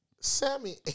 Sammy